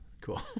Cool